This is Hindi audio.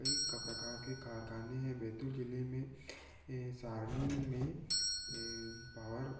कई क प्रकार के कारख़ाने हैं बैतूल ज़िले में यह सारणी में यह पावर